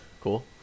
cool